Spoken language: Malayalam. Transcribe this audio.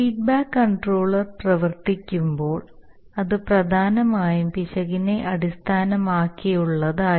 ഫീഡ്ബാക്ക് കണ്ട്രോളർ പ്രവർത്തിക്കുമ്പോൾ അത് പ്രധാനമായും പിശകിനെ അടിസ്ഥാനമാക്കിയുള്ളതായിരുന്നു